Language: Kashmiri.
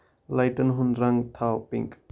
لایٹِن ہُند رنگ تھاو پِنک